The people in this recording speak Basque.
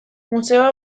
museoa